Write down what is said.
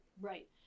right